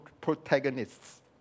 protagonists